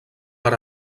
per